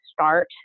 start